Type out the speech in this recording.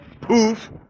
poof